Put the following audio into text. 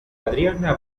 adriana